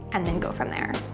and then go from there.